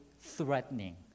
threatening